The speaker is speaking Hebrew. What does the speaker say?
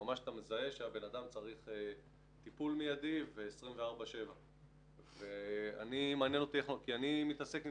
שאתה מזהה שהבן אדם צריך טיפול מידי 24/7. אני מתעסק עם